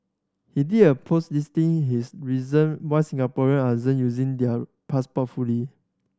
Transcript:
he did a post listing his reason why Singaporean aren't using their passport fully